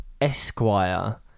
Esquire